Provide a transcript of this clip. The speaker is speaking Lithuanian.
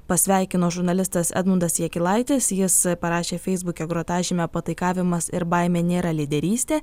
pasveikino žurnalistas edmundas jakilaitis jis parašė feisbuke grotažime pataikavimas ir baimė nėra lyderystė